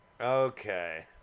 okay